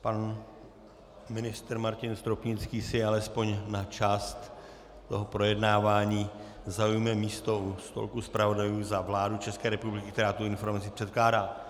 Pan ministr Martin Stropnický alespoň na část projednávání zaujme místo u stolku zpravodajů za vládu České republiky, která informaci předkládá.